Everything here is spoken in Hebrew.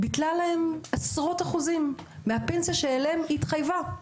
היא ביטלה להם עשרות אחוזים מהפנסיה שאליה היא התחייבה.